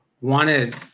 wanted